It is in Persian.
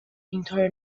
اینطور